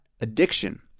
addiction